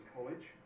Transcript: College